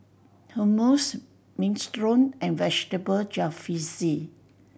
Hummus Minestrone and Vegetable Jalfrezi